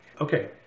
Okay